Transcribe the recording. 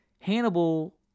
Hannibal